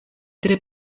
tre